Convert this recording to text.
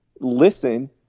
listen